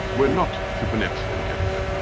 were not supernatural in character,